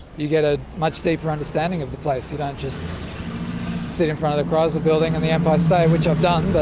you get a much deeper understanding of the place. you don't just sit in front of the chrysler building or the empire state which i've done, but